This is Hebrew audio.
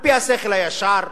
על-פי השכל הישר,